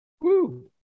Woo